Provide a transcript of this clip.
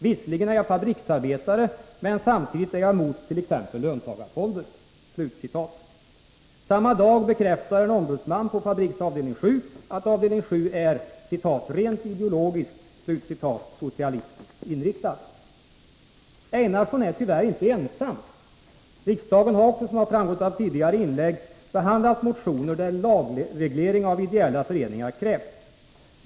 Visserligen är jag fabriksarbetare men samtidigt är jag emot t.ex. löntagarfonder.” Samma dag bekräftar en ombudsman på Fabriks avdelning 7 att avdelning 7 ”rent ideologiskt” är socialistiskt inriktad. Einarsson är tyvärr inte ensam. Riksdagen har också, som framgått av tidigare inlägg, behandlat motioner där lagreglering av ideella föreningar krävts.